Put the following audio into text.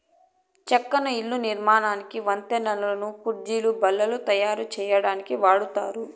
చెక్కను ఇళ్ళ నిర్మాణానికి, వంతెనలు, కుర్చీలు, బల్లలు తాయారు సేయటానికి వాడతారు